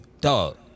Dog